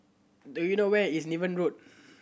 do you know where is Niven Road